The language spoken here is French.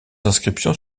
inscriptions